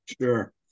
Sure